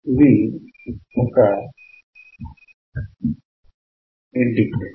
ఇది ఒక ఇంటిగ్రేటర్